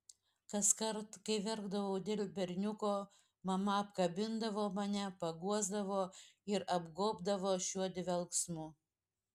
kaskart kai verkdavau dėl berniuko mama apkabindavo mane paguosdavo ir apgobdavo šiuo dvelksmu